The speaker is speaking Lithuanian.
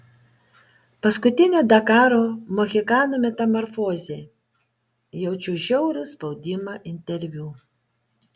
paskutinio dakaro mohikano metamorfozė jaučiu žiaurų spaudimą interviu